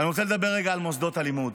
אני רוצה לדבר על מוסדות הלימוד.